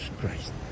Christ